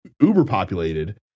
uber-populated